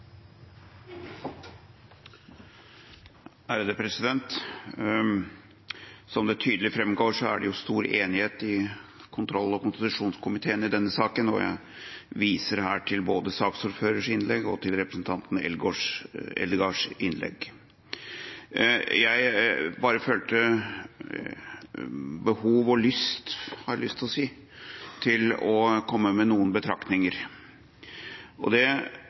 Som det tydelig framgår, er det stor enighet i kontroll- og konstitusjonskomiteen i denne saken, og jeg viser her til både saksordførerens innlegg og representanten Eldegards innlegg. Jeg bare følte behov og lyst, har jeg lyst til å si, til å komme med noen betraktninger. Det er helt riktig som statsråden nå sa, og som vi sier i vår innstilling, at det